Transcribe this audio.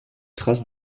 trace